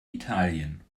italien